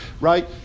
Right